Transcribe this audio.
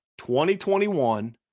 2021